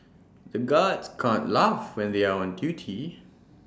the guards can't laugh when they are on duty